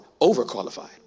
overqualified